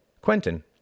Quentin